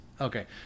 Okay